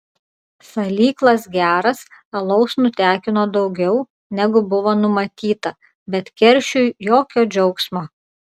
salyklas geras alaus nutekino daugiau negu buvo numatyta bet keršiui jokio džiaugsmo